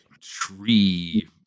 Tree